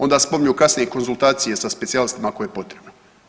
Onda spominju kasnije konzultacije sa specijalistima ako je potrebno.